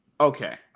Okay